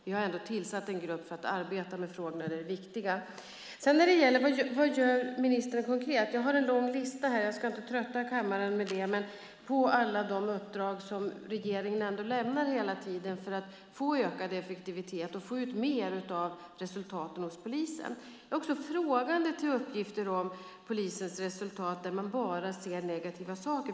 Vi har tillsatt en grupp för att arbeta med de viktiga frågorna. När det sedan gäller vad ministern gör konkret har jag en lång lista - jag ska inte trötta kammaren med den - på alla de uppdrag som regeringen hela tiden lämnar för att få ökad effektivitet och få ut mer av resultaten hos polisen. Jag ställer mig också frågande till de uppgifter om polisens resultat där man bara ser negativa saker.